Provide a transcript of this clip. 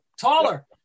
taller